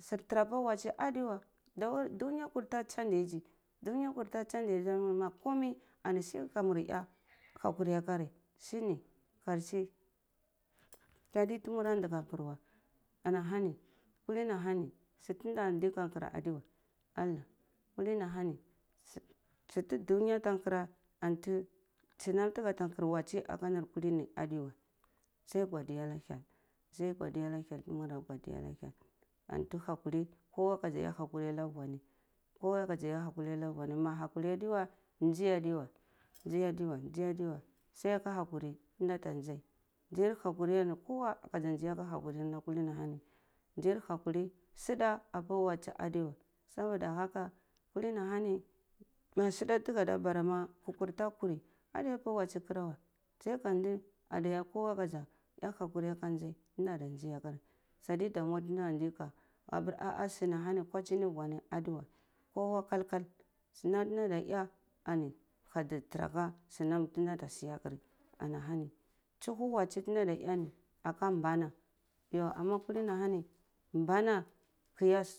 sir tura apeh watsi adewa darweh dunya kurti changyzy dunya kurti changyzy ma kunai ani sai ka mur eh hakuri akari saini karshe saidi tumura ndi ka kar weh ani ahani kali ahani su ti nda di ka kar adewe weh ani kuli ni ahani susu ta dunya atah kireh anto sunan taga ta kir watsi aka kulini aduweh sai godiya na hyel sai godiya na hyel ta mura godiya na hyel antoh hakuri kowa kazi eh hakuri na kowa kazi eh hakuri na vurwni ma hakuri adeweh nzi adi weh nzi adi weh sai ka hakari ta nda ta nzai nzi hakuri dunya ni ka kowa eh hakuri nzir hakuri sida apa watsi adewa sabo haka kuli ni ahani ma suda ta ga da bare ma ko kurda kuri adeya pa watsi kara weh sai kandi ka kowa kazi eh hakuri aka nzai ta ndada zi akari su da damu ta ndada zi ka sadi damu ta nda zi ka hapar ah ah suni hani kwatehni kowa kal kal sunam tunda da iya thani ka zi tura ka sunan ta nda ta siya kari ani tsuhu watsi tunda da eh ni aka mbana yhu ama kuli na hani bana ki eh su.